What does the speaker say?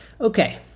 Okay